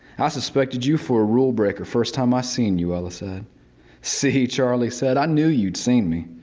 i suspected you for a rule breaker first time i seen you, ella said see, charlie said. i knew you'd seen me.